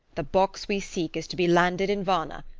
the box we seek is to be landed in varna,